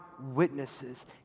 witnesses